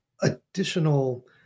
additional